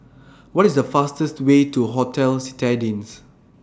What IS The fastest Way to Hotel Citadines